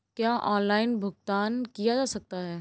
क्या ऑनलाइन भुगतान किया जा सकता है?